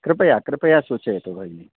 कृपया कृपया सूचयतु भगिनी